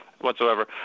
whatsoever